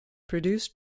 produced